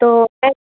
तो